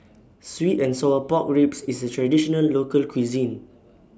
Sweet and Sour Pork Ribs IS A Traditional Local Cuisine